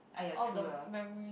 all the memory